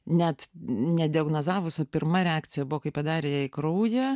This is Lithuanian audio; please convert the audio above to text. net nediagnozavus pirma reakcija buvo kai padarė jai kraują